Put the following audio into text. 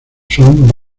son